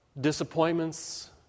disappointments